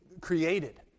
created